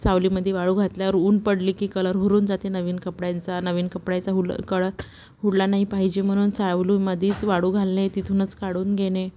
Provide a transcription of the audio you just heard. सावलीमध्ये वाळू घातल्यावर ऊन पडली की कलर उडून जाते नवीन कपड्यांचा नवीन कपड्यांचा हल कळत उडला नाही पाहिजे म्हणून सावली मध्येच वाळु घालणे तिथूनच काढून घेणे